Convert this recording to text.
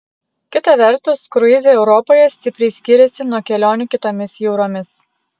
kita vertus kruizai europoje stipriai skiriasi nuo kelionių kitomis jūromis